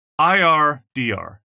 IRDR